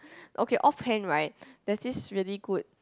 okay off hand right there's this really good